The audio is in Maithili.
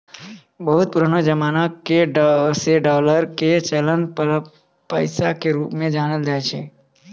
बहुते पुरानो जमाना से डालर के चलन पैसा के रुप मे जानलो जाय छै